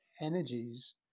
energies